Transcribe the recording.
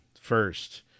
first